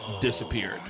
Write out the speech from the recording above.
disappeared